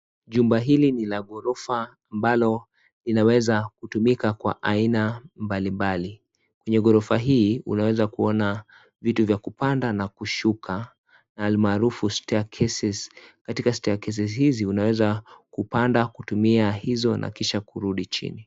Jumba hili ni la ghorofa ambalo linaweza kutumika kwa aina mbalimbali. Kwenye ghorofa hii unaweza kuona vitu vya kupanda na kushuka almarufu (CS))staircases(CS) katika (CS)staircases (CS)hizi unaweza kupanda kutumia hizo na kisha kurudi chini.